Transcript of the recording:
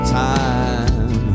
time